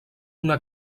una